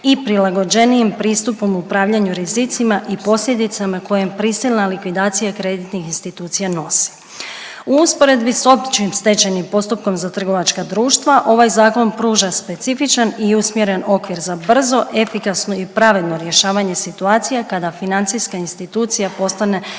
i prilagođenijim pristupom upravljanju rizicima i posljedicama koje prisilna likvidacija kreditnih institucija nosi. U usporedbi s općim stečajnim postupkom za trgovačka društva ovaj zakon pruža specifičan i usmjeren okvir za brzo, efikasno i pravedno rješavanje situacija kada financijska institucija postane